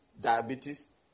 diabetes